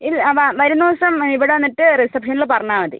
വരുന്ന ദിവസം ഇവിടെ വന്നിട്ട് റിസപ്ഷനിൽ പറഞ്ഞാൽ മതി